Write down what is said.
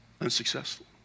unsuccessful